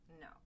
No